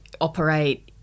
operate